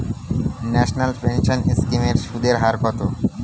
National pension scheme এর সুদের হার কত?